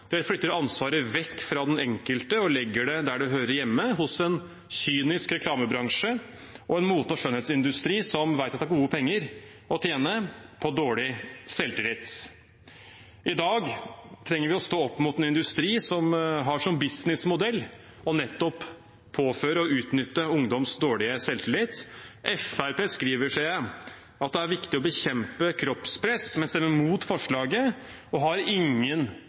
Det flytter ansvaret vekk fra den enkelte og legger det der det hører hjemme, hos en kynisk reklamebransje og en mote- og skjønnhetsindustri som vet at det er gode penger å tjene på dårlig selvtillit. I dag trenger vi å stå opp mot en industri som har som businessmodell nettopp å påføre og utnytte ungdoms dårlige selvtillit. Fremskrittspartiet skriver, ser jeg, at det er viktig å bekjempe kroppspress, men stemmer mot forslaget og har ingen